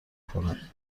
کنه